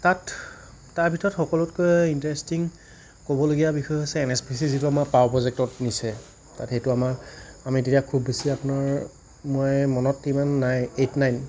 তাত তাৰ ভিতৰত সকলোতকৈ ইণ্টাৰেষ্টিং ক'বলগীয়া বিষয় হৈছে এন এছ পি চি ৰ যিটো আমাৰ পাৱাৰ প্ৰজেক্টত নিছে তাত সেইটো আমাৰ আমি তেতিয়া খুব বেছি আপোনাৰ মই মনত ইমান নাই এইট নাইন